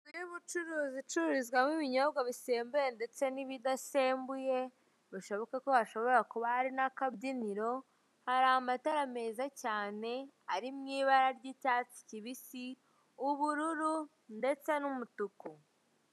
Inzu y'ubucuruzi icururizwamo ibinyobwa bisembuye ndetse n'ibidasembuye, bishoboka ko hashobora kuba hari n'akabyiniro. Hari amatara meza cyane ari mu ibara ry'icyatsi kibisi, ubururu ndetse n'umutuku.